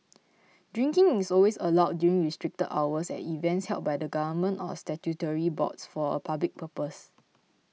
drinking is always allowed during restricted hours at events held by the government or statutory boards for a public purpose